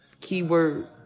keyword